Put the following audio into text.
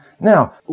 Now